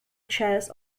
chairs